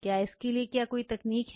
क्या इसके लिए कोई तकनीक है